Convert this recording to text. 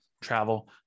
travel